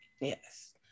yes